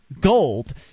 gold